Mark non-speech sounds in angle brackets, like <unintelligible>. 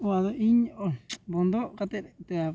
ᱚᱱᱟ ᱫᱚ ᱤᱧ <unintelligible> ᱵᱚᱱᱫᱚ ᱠᱟᱛᱮᱫ <unintelligible>